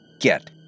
Get